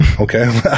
okay